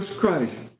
Christ